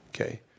okay